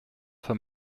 for